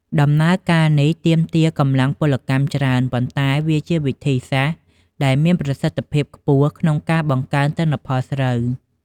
ដំណើរការនេះទាមទារកម្លាំងពលកម្មច្រើន ប៉ុន្តែវាជាវិធីសាស្រ្តដែលមានប្រសិទ្ធភាពខ្ពស់ក្នុងការបង្កើនទិន្នផលស្រូវ។